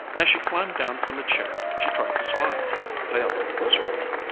as she climbed down from the chair she tried to smile failed miserably.